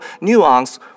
nuance